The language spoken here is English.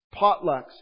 Potlucks